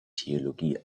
theologie